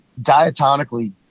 diatonically